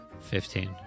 Fifteen